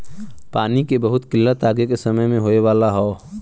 पानी के बहुत किल्लत आगे के समय में होए वाला हौ